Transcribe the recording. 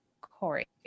Corey